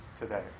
today